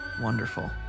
Wonderful